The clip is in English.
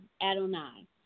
Adonai